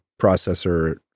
processor